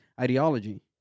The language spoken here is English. ideology